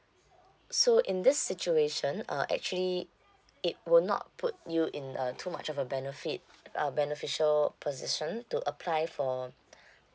so in this situation uh actually it will not put you in a too much of a benefit uh beneficial position to apply for